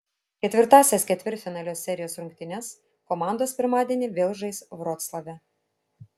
ketvirtąsias ketvirtfinalio serijos rungtynes komandos pirmadienį vėl žais vroclave